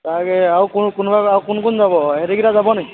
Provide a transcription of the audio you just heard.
তাকে আৰু কোনোবা কোন কোন যাব ইহঁতে কেইটা যাব নেকি